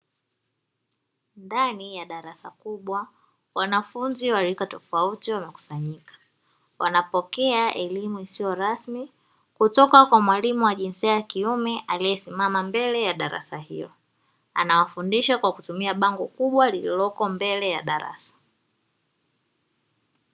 Ndani ya darasa kubwa wanafunzi wa rika tofauti wamekusanyika, wanapokea elimu isiyo rasmi kutoka kwa mwalimu wa jinsia ya kiume, aliyesimama mbele ya darasa hilo anawafundisha kwa kutumia bango kubwa lililoko mbele ya darasa.